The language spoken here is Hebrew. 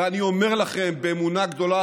ואני אומר לכם באמונה גדולה,